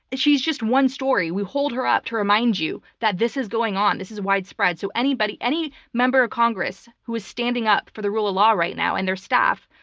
she's just one story. we hold her up to remind you that this is going on. this is widespread. so anybody, any member of congress who is standing up for the rule of law right now, and their staff,